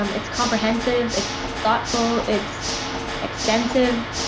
um it's comprehensive, it's thoughtful, it's extensive.